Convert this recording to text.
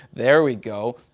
there we go.